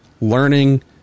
learning